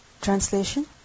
Translation